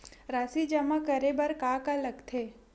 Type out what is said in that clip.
राशि जमा करे बर का का लगथे?